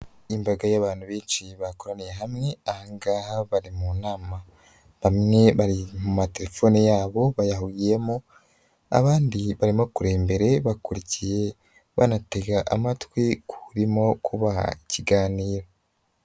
Imbaga y'abantu benshi bakoraniye hamwe, aha ngaha bari mu nama, bamwe bari mu materefoni yabo bayahugiyemo, abandi barimo kureba mbere bakurikiye, banatega amatwi k'urimo kubaha ikiganiro.